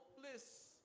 hopeless